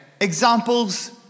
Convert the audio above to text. Examples